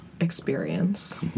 experience